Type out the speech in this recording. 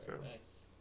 Nice